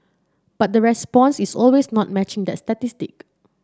but the response is always not matching that statistic